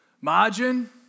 Margin